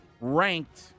ranked